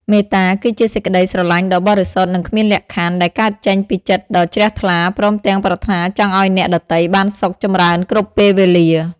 មេត្តា គឺជាសេចក្តីស្រឡាញ់ដ៏បរិសុទ្ធនិងគ្មានលក្ខខណ្ឌ ដែលកើតចេញពីចិត្តដ៏ជ្រះថ្លា ព្រមទាំងប្រាថ្នាចង់ឱ្យអ្នកដទៃបានសុខចម្រើនគ្រប់ពេលវេលា។